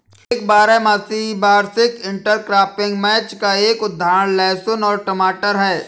एक बारहमासी वार्षिक इंटरक्रॉपिंग मैच का एक उदाहरण लहसुन और टमाटर है